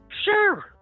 Sure